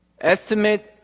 Estimate